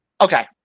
Okay